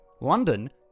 London